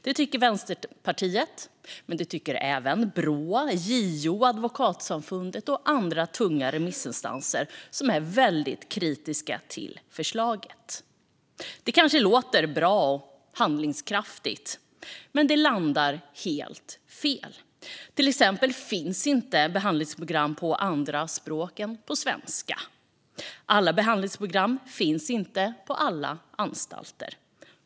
Det tycker Vänsterpartiet, men även Brå, JO, Advokatsamfundet och andra tunga remissinstanser är väldigt kritiska till förslaget. Det kanske låter bra och handlingskraftigt, men det landar helt fel. Till exempel finns det inte behandlingsprogram på andra språk än svenska, och alla behandlingsprogram finns inte på alla anstalter.